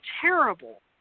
terrible